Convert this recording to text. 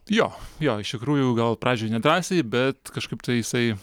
jo jo iš tikrųjų gal pradžioj nedrąsiai bet kažkaip tai jisai